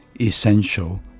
essential